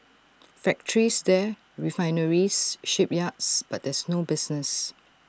factories there refineries shipyards but there's no business